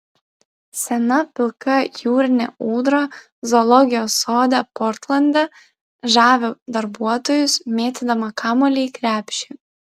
sena pilka jūrinė ūdra zoologijos sode portlande žavi darbuotojus mėtydama kamuolį į krepšį